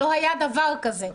לא היה דבר כזה.